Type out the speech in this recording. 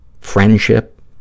friendship